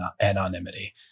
anonymity